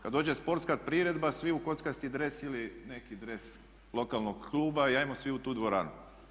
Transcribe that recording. Kada dođe sportska priredba svi u kockasti dres ili neki dres lokalnog kluba i ajmo svi u tu dvoranu.